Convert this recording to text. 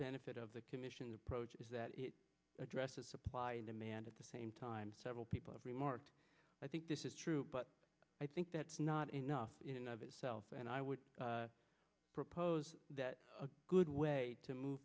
benefit of the commission's approach is that it addresses supply and demand at the same time several people have remarked i think this is true but i think that's not enough of itself and i would propose that a good way to move